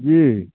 जी